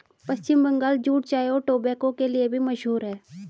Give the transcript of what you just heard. पश्चिम Bengal jute चाय और tobacco के लिए भी मशहूर है